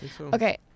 Okay